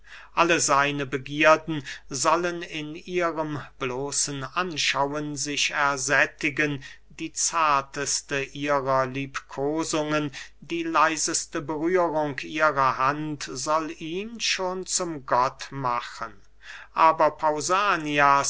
alle seine begierden sollen in ihrem bloßen anschauen sich ersättigen die zarteste ihrer liebkosungen die leiseste berührung ihrer hand soll ihn schon zum gott machen aber